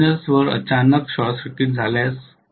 टर्मिनल्सवर अचानक short circuit झाल्यास